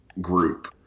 group